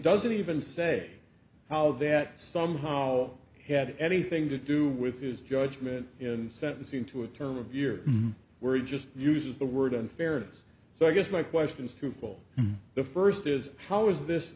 doesn't even say how that somehow had anything to do with his judgment in sentencing to a term of years were it just uses the word unfairness so i guess my question is truthful the first is how is this